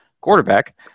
Quarterback